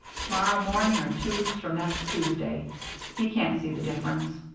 to-morrow morning or two weeks from next tuesday he can't see the difference.